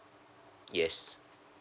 yes